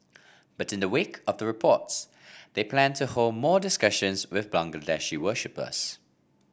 but in the wake of the reports they plan to hold more discussions with Bangladeshi worshippers